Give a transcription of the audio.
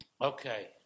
Okay